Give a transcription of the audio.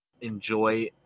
enjoy